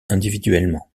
individuellement